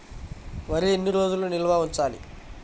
వరి ఎన్ని రోజులు నిల్వ ఉంచాలి?